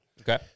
Okay